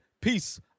Peace